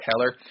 Keller